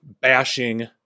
bashing